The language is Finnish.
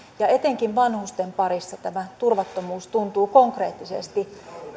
ja etenkin vanhusten parissa tämä turvattomuus tuntuu konkreettisesti